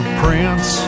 prince